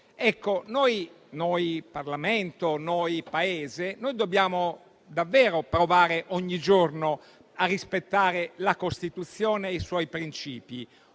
Ecco, noi Parlamento e noi Paese dobbiamo davvero provare ogni giorno a rispettare la Costituzione e i suoi principi: